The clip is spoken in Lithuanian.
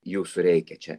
jūsų reikia čia